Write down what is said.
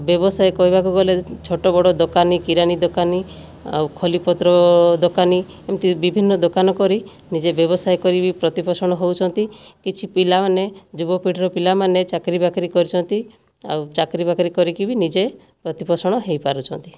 ବ୍ୟବସାୟ କହିବାକୁ ଗଲେ ଛୋଟ ବଡ଼ ଦୋକାନୀ କିରାନା ଦୋକାନୀ ଆଉ ଖଲିପତ୍ର ଦୋକାନୀ ଏମିତି ବିଭିନ୍ନ ଦୋକାନ କରି ନିଜେ ବ୍ୟବସାୟ କରି ବି ପ୍ରତିପୋଷଣ ହେଉଛନ୍ତି କିଛି ପିଲାମାନେ ଯୁବପିଢ଼ିର ପିଲାମାନେ ଚାକିରି ବାକିରି କରିଛନ୍ତି ଆଉ ଚାକିରି ବାକିରି କରିକି ବି ନିଜେ ପ୍ରତିପୋଷଣ ହୋଇରୁଛନ୍ତି